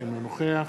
אינו נוכח